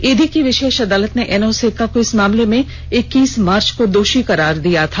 ED की विशेष अदालत ने एनोस एक्का को इस मामले में इक्कीस मार्च को दोषी करार दिया था